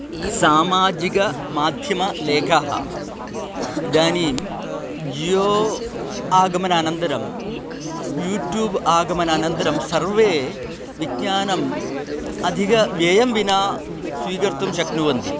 सामाजिक माध्यमलेखाः इदानीं जियो आगमनानन्तरं यूट्यूब् आगमनानन्तरं सर्वे विज्ञानम् अधिकं व्ययं विना स्वीकर्तुं शक्नुवन्ति